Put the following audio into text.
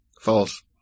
False